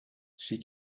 she